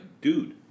dude